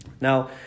Now